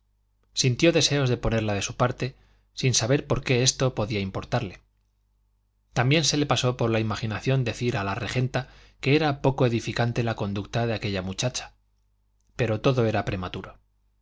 sintió deseos de ponerla de su parte sin saber por qué esto podía importarle también se le pasó por la imaginación decir a la regenta que era poco edificante la conducta de aquella muchacha pero todo era prematuro